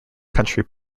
country